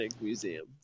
Museum